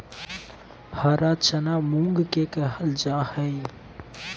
हरा चना मूंग के कहल जा हई